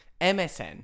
MSN